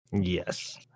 yes